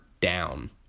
down